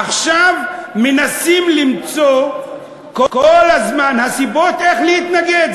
עכשיו מנסים למצוא כל הזמן סיבות להתנגד.